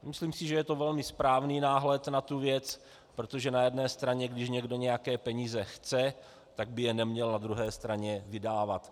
Myslím si, že je to velmi správný náhled na tu věc, protože na jedné straně když někdo nějaké peníze chce, tak by je neměl na druhé straně vydávat.